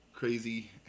Crazy